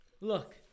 Look